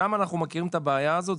שם אנחנו מכירים את הבעיה הזאת.